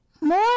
more